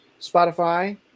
Spotify